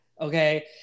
okay